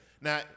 Now